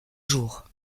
jours